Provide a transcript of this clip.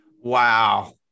Wow